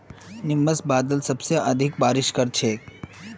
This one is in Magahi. निंबस बादल सबसे अधिक बारिश कर छेक